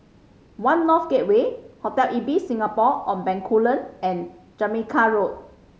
One North Gateway Hotel Ibis Singapore On Bencoolen and Jamaica Road